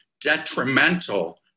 detrimental